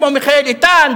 כמו מיכאל איתן,